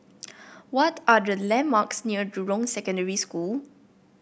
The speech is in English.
what are the landmarks near Jurong Secondary School